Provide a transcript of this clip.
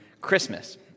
Christmas